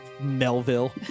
Melville